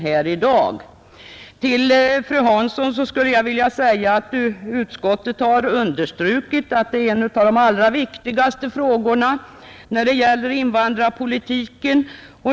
Till fru Hansson vill jag säga att utskottet dock har understrukit att detta är en av de allra viktigaste frågorna när det gäller invandrarpolitiken.